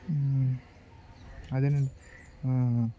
అదే